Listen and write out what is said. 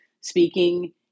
speaking